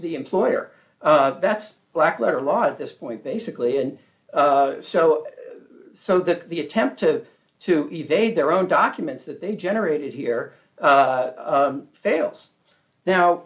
e employer that's black letter law at this point basically and so so that the attempt to to evade their own documents that they generated here fails now